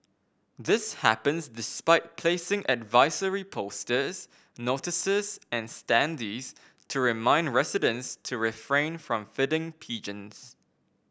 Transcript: this happens despite placing advisory posters notices and standees to remind residents to refrain from feeding pigeons